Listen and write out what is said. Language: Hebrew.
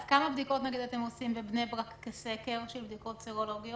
אז כמה בדיקות אתם עושים בבני-ברק נגיד כסקר של בדיקות סרולוגיות?